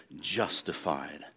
justified